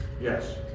Yes